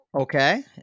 Okay